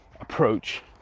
approach